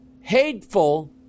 hateful